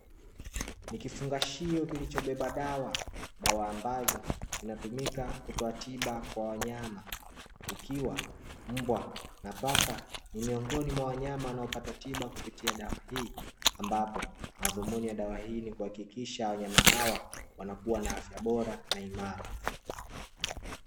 Ni kifungashio kilichobeba dawa ambazo zinatumika kutoa tiba kwa wanyama, ikiwa mbwa, paka ni miongoni mwa wanyama wanaopita tiba kupitia dawa hii, ambapo dhumuni la dawa hii ni kuhakikisha wanyama wanakuwa na afya bora na imara.